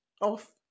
off